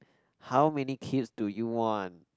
how many kids do you want